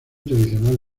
tradicional